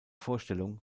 vorstellung